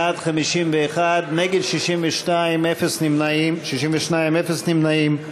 בעד, 51, נגד, 62, אפס נמנעים.